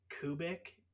kubik